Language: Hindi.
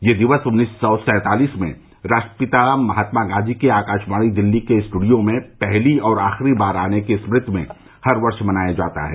यह दिवस उन्नीस सौ सैंतालिस में राष्ट्रपिता महात्मा गांधी के आकाशवाणी दिल्ली के स्टूडियो में पहली और आखिरी बार आने की स्मृति में हर वर्ष मनाया जाता है